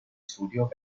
studio